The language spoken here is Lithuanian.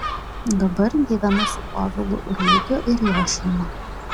dabar gyvenu su povilu ruigiu ir jo šeima